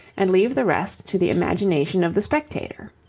and leave the rest to the imagination of the spectator.